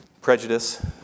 Prejudice